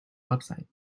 website